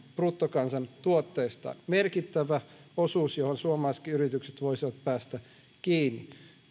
bruttokansantuotteestaan merkittävä osuus johon suomalaisetkin yritykset voisivat päästä kiinni